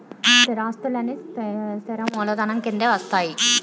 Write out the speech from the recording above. స్థిరాస్తులన్నీ స్థిర మూలధనం కిందే వస్తాయి